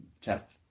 chest